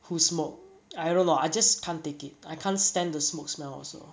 who smoke I don't know I just can't take it I can't stand the smoke smell also